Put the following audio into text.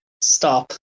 stop